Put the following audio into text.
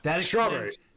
strawberries